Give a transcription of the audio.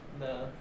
No